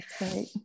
right